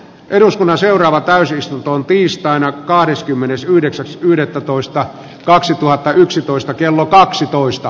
eduskunnan seuraava täysistuntoon tiistaina kahdeskymmenesyhdeksäs yhdettätoista kaksituhattayksitoista kello kaksitoista